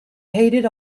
hated